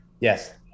yes